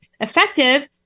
effective